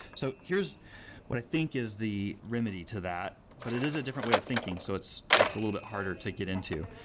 so here's what i think is the remedy to that, but it is a different way of thinking, so it's it's a little bit harder to get into.